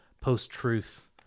post-truth